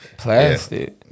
plastic